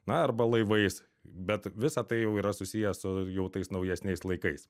na arba laivais bet visa tai jau yra susiję su jau tais naujesniais laikais